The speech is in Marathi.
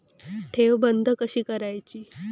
ठेव बंद कशी करायची?